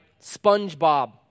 SpongeBob